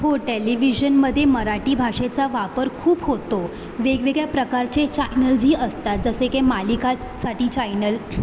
हो टेलिव्हिजनमध्ये मराठी भाषेचा वापर खूप होतो वेगवेगळ्या प्रकारचे चायनल्जही असतात जसे की मालिकासाठी चायनल